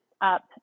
up